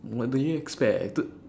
what do you expected